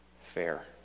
fair